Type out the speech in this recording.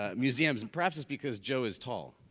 ah museums, and perhaps it's because joe is tall.